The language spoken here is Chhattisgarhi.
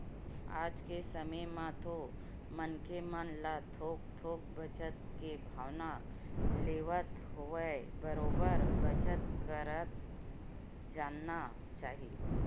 आज के समे म तो मनखे मन ल थोक थोक बचत के भावना लेवत होवय बरोबर बचत करत जाना चाही